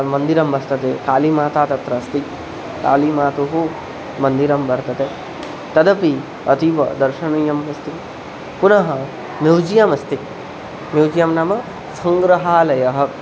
मन्दिरं वर्तते कालिमाता तत्र अस्ति कालिमातुः मन्दिरं वर्तते तदपि अतीव दर्शनीयम् अस्ति पुनः म्यूजियम् अस्ति म्यूजियं नाम सङ्ग्रहालयः